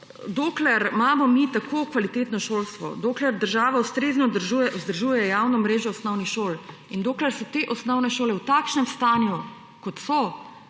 Dokler imamo mi tako kvalitetno šolstvo, dokler država ustrezno vzdržuje javno mrežo osnovnih šol in dokler so te osnovne šole v takšnem stanju, kot so,